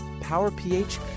Power-PH